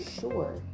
sure